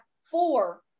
four